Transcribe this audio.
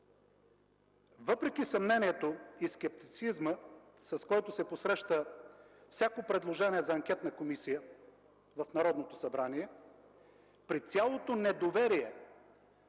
Въпреки съмнението и скептицизма, с които се посреща всяко предложение за анкетна комисия в Народното събрание, при цялото недоверие,